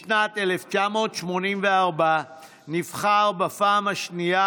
בשנת 1984 נבחר בפעם השנייה,